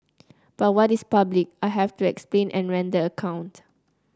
but what is public I have to explain and render account